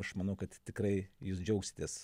aš manau kad tikrai jūs džiaugsitės